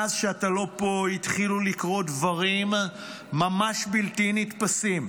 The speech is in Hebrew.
מאז שאתה לא פה התחילו לקרות דברים ממש בלתי נתפסים,